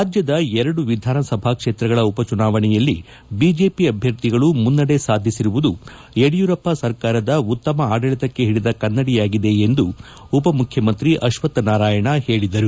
ರಾಜ್ಯದ ಎರಡು ವಿಧಾನಸಭಾ ಕ್ಷೇತ್ರಗಳ ಉಪಚುನಾವಣೆಯಲ್ಲಿ ಬಿಜೆಪಿ ಅಭ್ಯರ್ಥಿಗಳು ಮುನ್ನಡೆ ಸಾಧಿಸಿರುವುದು ಯಡಿಯೂರಪ್ಪ ಸರ್ಕಾರದ ಉತ್ತಮ ಆಡಳಿತಕ್ಕೆ ಹಿಡಿದ ಕನ್ನಡಿಯಾಗಿದೆ ಎಂದು ಉಪಮುಖ್ಯಮಂತ್ರಿ ಅಶ್ವಥ್ ನಾರಾಯಣ ಹೇಳಿದರು